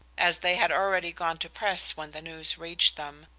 as they had already gone to press when the news reached them,